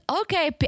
okay